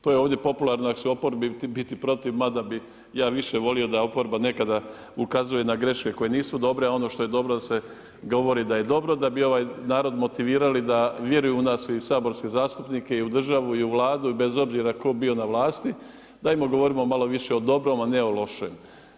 To je ovdje popularno ako si u oporbi biti protiv, mada bi ja više volio da oporba nekada ukazuje na greške koje nisu dobre, a ono što je dobro da se govori da je dobro da bi ovaj narod motivirali da vjeruju u nas i saborske zastupnike, i u državu, i u Vladu i bez obzira tko bio na vlasti, dajmo govorimo malo više o dobrom, a ne o lošem.